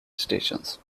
stations